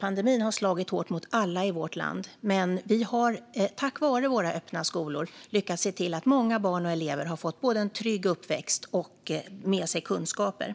Pandemin har slagit hårt mot alla i vårt land. Men vi har, tack vare våra öppna skolor, lyckats se till att många barn och elever både har fått en trygg uppväxt och fått med sig kunskaper.